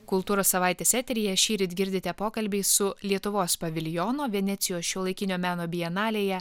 kultūros savaitės eteryje šįryt girdite pokalbį su lietuvos paviljono venecijos šiuolaikinio meno bienalėje